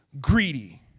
greedy